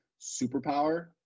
superpower